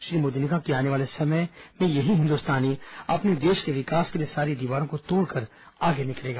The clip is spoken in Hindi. श्री मोदी ने कहा कि आने वाले समय में यही हिन्दुस्तानी अपने देश के विकास के लिए सारी दीवारों को तोड़कर आगे निकलेगा